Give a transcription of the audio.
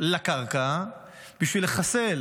לקרקע בשביל לחסל